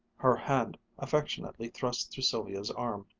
her hand affectionately thrust through sylvia's arm.